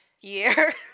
year